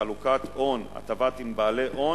חלוקת הון, הטבה עם בעלי הון,